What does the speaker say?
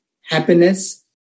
happiness